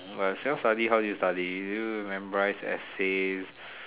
self-study how do you study do you memorise essays